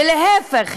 ולהפך,